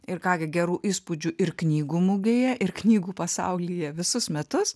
ir ką gi gerų įspūdžių ir knygų mugėje ir knygų pasaulyje visus metus